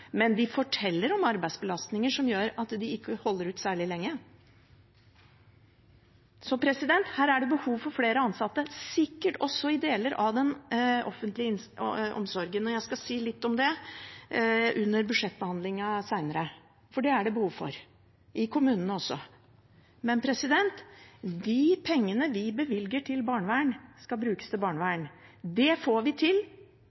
Men de forteller om arbeidsbelastninger som gjør at de ikke holder ut særlig lenge. Så her er det behov for flere ansatte, sikkert også i deler av den offentlige omsorgen – jeg skal si litt om det under budsjettbehandlingen senere – for behovet er der også i kommunene. Men de pengene vi bevilger til barnevern, skal brukes til barnevern. Det får vi til